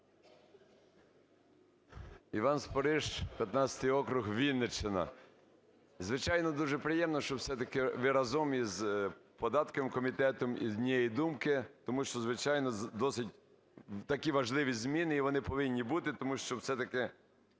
Іван Спориш, 15 округ, Вінниччина. Звичайно, дуже приємно, що, все-таки, ви разом із податковим комітетом однієї думки. Тому що, звичайно, досить такі важливі зміни, і вони повинні бути, тому що все-таки